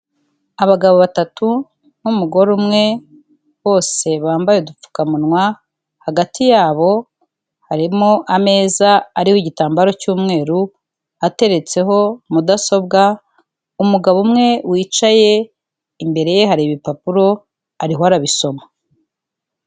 Abagabo batatu n'umugore umwe bose bambaye udupfukamunwa, hagati yabo harimo ameza ariho igitambaro cy'umweru ateretseho mudasobwa, umugabo umwe wicaye imbere ye hari ibipapuro ariho arabisoma.